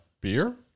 beer